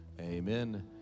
Amen